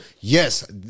yes